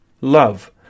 love